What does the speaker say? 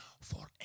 forever